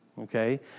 Okay